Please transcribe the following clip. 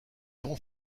vont